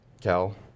Cal